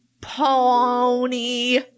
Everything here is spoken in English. Pony